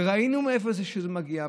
וראינו מאיפה זה מגיע,